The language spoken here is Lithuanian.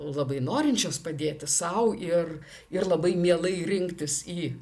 labai norinčios padėti sau ir ir labai mielai rinktis į